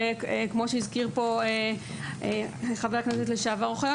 וכמו שאמר פה חבר הכנסת לשעבר אוחיון